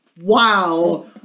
wow